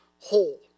whole